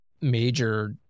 major